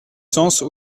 cense